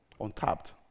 untapped